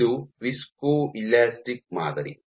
ಇದು ವಿಸ್ಕೊಲಾಸ್ಟಿಕ್ ಮಾದರಿ